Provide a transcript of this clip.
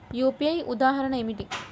UPI ఉదాహరణ ఏమిటి?